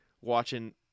watching